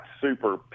super